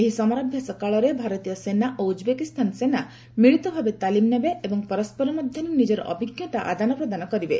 ଏହି ସମରାଭ୍ୟାସ କାଳରେ ଭାରତୀୟ ସେନା ଓ ଉଜ୍ବେକିସ୍ଥାନ ସେନା ମିଳିତ ଭାବେ ତାଲିମ ନେବେ ଏବଂ ପରସ୍କର ମଧ୍ୟରେ ନିଜର ଅଭିଜ୍ଞତା ଆଦାନ ପ୍ରଦାନ କରିବେ